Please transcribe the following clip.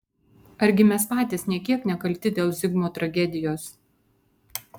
argi mes patys nė kiek nekalti dėl zigmo tragedijos